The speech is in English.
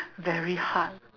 very hard